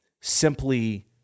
simply